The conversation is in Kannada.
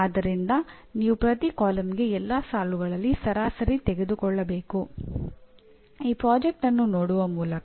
ಇದರಲ್ಲಿ ಶ್ರೇಣಿ 1 ಕ್ಕೆ 75 ಮತ್ತು ಶ್ರೇಣಿ 2 ಸಂಸ್ಥೆಗಳಿಗೆ 50 ಅನ್ನು ಕೊಡಲಾಗಿದೆ